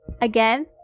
Again